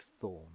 Thorn